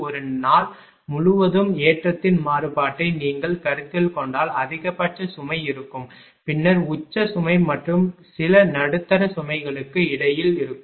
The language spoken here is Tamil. ஒரு நாள் முழுவதும் ஏற்றத்தின் மாறுபாட்டை நீங்கள் கருத்தில் கொண்டால் அதிகபட்ச சுமை இருக்கும் பின்னர் உச்ச சுமை மற்றும் சில நடுத்தர சுமைகளுக்கு இடையில் இருக்கும்